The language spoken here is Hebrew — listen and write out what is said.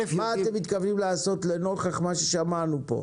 מה אתם מתכוונים לעשות לנוכח מה ששמענו פה,